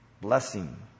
blessing